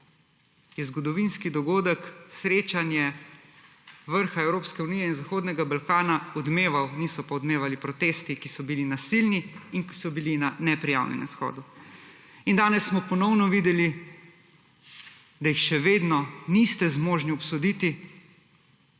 je zgodovinski dogodek srečanje vrha Evropske unije in zahodnega Balkana odmeval, niso pa odmevali protesti, ki so bili nasilni in ki so bili na neprijavljenem shodu. In danes smo ponovno videli, da jih še vedno niste zmožni obsoditi,